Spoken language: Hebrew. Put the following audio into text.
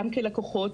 גם כלקוחות,